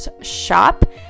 shop